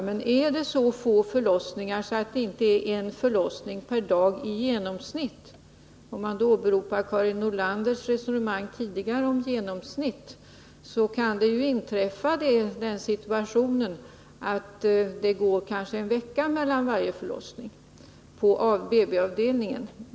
Men är det så få förlossningar att det inte blir en förlossning per dag i genomsnitt — jag åberopar Karin Nordlanders resonemang tidigare om genomsnitt — så kan den situationen inträffa att det går en vecka mellan varje förlossning på BB-avdelningen.